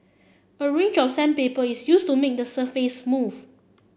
a range of sandpaper is used to make the surface smooth